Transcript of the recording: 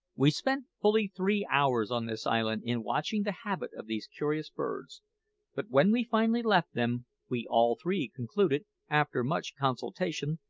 we spent fully three hours on this island in watching the habit of these curious birds but when we finally left them, we all three concluded, after much consultation,